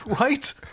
Right